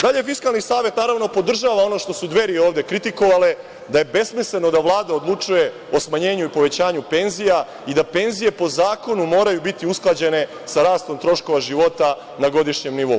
Dalje, Fiskalni savet podržava ono što su Dveri ovde kritikovale – da je besmisleno da Vlada odlučuje o smanjenju i povećanju penzija i da penzije po zakonu moraju biti usklađene sa rastom troškova života na godišnjem nivou.